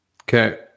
Okay